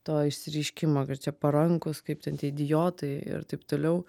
to išsireiškimo kad čia parankūs kaip ten tie idiotai ir taip toliau